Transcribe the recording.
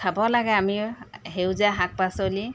খাব লাগে আমি সেউজীয়া শাক পাচলি